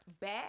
back